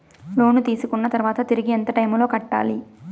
లోను తీసుకున్న తర్వాత తిరిగి ఎంత టైములో కట్టాలి